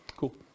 Cool